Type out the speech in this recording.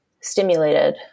stimulated